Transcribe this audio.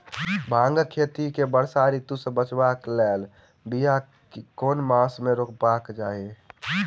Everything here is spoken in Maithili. भांगक खेती केँ वर्षा ऋतु सऽ बचेबाक कऽ लेल, बिया केँ मास मे रोपबाक चाहि?